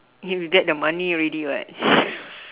and we get the money already [what]